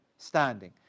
Standing